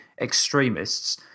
extremists